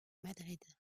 madrid